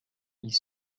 ils